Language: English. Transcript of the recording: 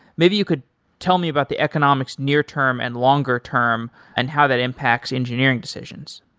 maybe you could tell me about the economics near term and longer term and how that impacts engineering decisions.